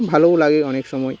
ভালোও লাগে অনেক সময়